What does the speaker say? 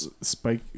Spike